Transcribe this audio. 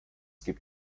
gibt